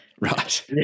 Right